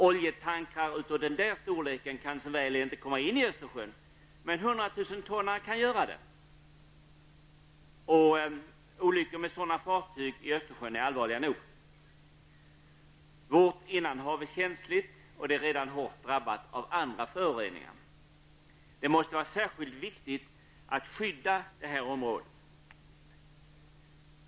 Oljetankrar av den storleken kan som väl är inte komma in i Östersjön. Men hundratusentonnare kan göra det, och olyckor med sådana fartyg i Östersjön är allvarliga nog. Vårt innanhav är känsligt och det är redan hårt drabbat av andra föroreningar. Det måste vara särskilt viktigt att skydda detta område.